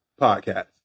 podcast